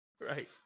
Right